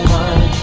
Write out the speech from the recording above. one